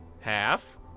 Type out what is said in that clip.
Half